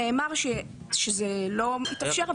נאמר שזה לא מתאפשר,